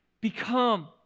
become